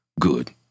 good